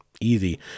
Easy